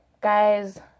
guys